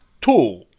two